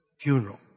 funeral